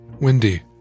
Wendy